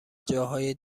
جاهای